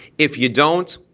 if you don't,